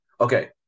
Okay